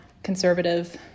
conservative